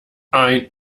ein